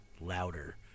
louder